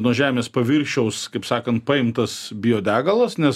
nuo žemės paviršiaus kaip sakant paimtas biodegalas nes